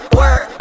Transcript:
work